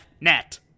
net